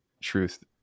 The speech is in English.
truth